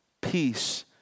peace